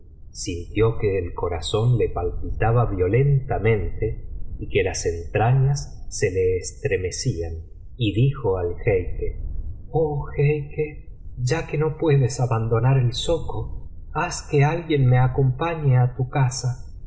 sintió que el corazón le palpitaba violentara ente y que las entrañas se le estremecían y dijo al jeique oh jeique ya que no puedes abandonar el zoco haz que alguien me acompañe á tu casa